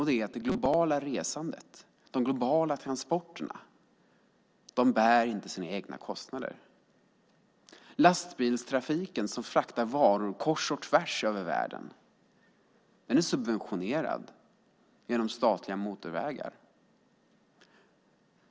Det är att det globala resandet, de globala transporterna inte bär sina egna kostnader. Lastbilstrafiken med varor som fraktas kors och tvärs över världen är subventionerad genom statliga motorvägar.